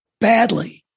badly